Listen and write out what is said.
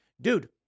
Dude